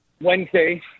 Wednesday